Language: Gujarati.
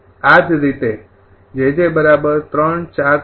આ જ રીતે jj ૩ ૪